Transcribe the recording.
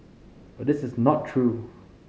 but this is not true